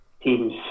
teams